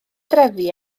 drefi